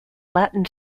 latin